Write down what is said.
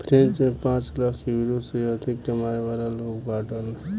French में पांच lakh euro से अधिक कमाए वाला लोग बाड़न